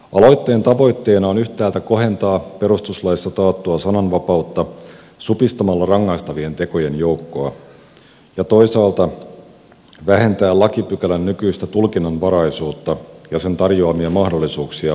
aloitteen tavoitteena on yhtäältä kohentaa perustuslaissa taattua sananvapautta supistamalla rangaistavien tekojen joukkoa toisaalta vähentää lakipykälän nykyistä tulkinnanvaraisuutta ja sen tarjoamia mahdollisuuksia viranomaismielivaltaan